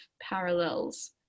parallels